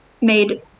made